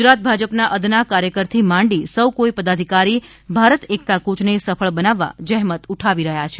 ગુજરાત ભાજપના અદના કાર્યકરથી માંડી સૌ કોઇ પદાધિકારી ભારત એકતા કૂયને સફળ બનાવવા જહેમત ઉઠાવી રહ્યાં છે